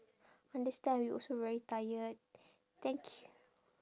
understand we also very tired thank y~